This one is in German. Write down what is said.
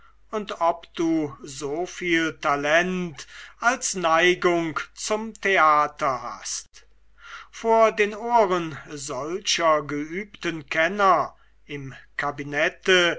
und ob du so viel talent als neigung zum theater hast vor den ohren solcher geübten kenner im kabinette